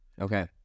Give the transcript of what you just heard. Okay